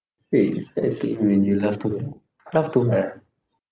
K describe a time when you laughed too hard laughed too hard